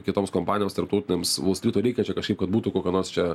kitoms kompanijoms tarptautiniams volstryto reikia čia kažkaip kad būtų kokio nors čia